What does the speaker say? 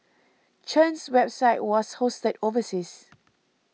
Chen's website was hosted overseas